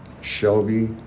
Shelby